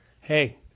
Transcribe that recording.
Hey